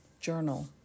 Journal